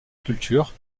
sculpture